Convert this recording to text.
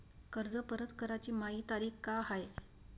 कर्ज परत कराची मायी तारीख का हाय?